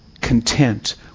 content